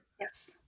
Yes